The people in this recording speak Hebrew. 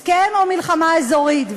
הסכם או מלחמה אזורית.